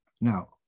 now